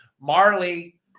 Marley